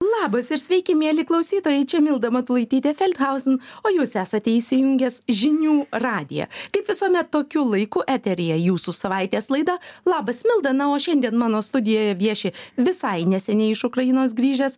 labas ir sveiki mieli klausytojai čia milda matulaitytė feldhausen o jūs esate įsijungęs žinių radiją kaip visuomet tokiu laiku eteryje jūsų savaitės laida labas milda na o šiandien mano studijoje vieši visai neseniai iš ukrainos grįžęs